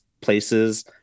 places